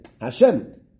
Hashem